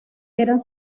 eran